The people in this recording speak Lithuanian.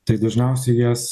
tai dažniausiai jas